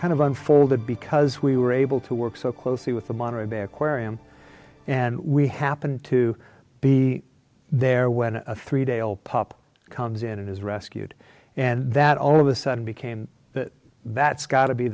kind of unfolded because we were able to work so closely with the monterey bay aquarium and we happen to be there when a three day old pup comes in and is rescued and that all of a sudden became that's got to be